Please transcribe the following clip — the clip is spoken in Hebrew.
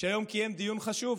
שהיום קיים דיון חשוב